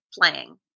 playing